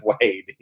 Wade